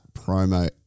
promo